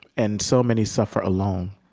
and so many suffer alone.